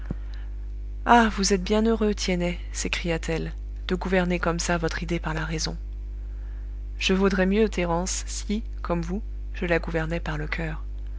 ah vous êtes bien heureux tiennet s'écria-t-elle de gouverner comme ça votre idée par la raison je vaudrais mieux thérence si comme vous je la gouvernais par le coeur